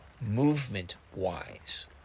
movement-wise